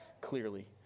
clearly